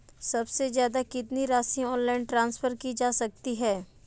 सबसे ज़्यादा कितनी राशि ऑनलाइन ट्रांसफर की जा सकती है?